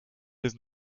his